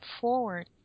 forward